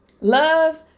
Love